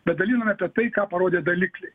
bet daliname tą tai ką parodė dalikliai